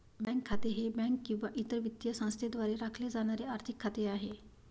bank खाते हे bank किंवा इतर वित्तीय संस्थेद्वारे राखले जाणारे आर्थिक खाते आहे